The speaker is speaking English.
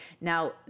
Now